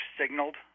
signaled